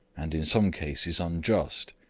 and in some cases unjust,